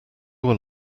were